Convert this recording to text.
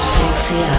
sexy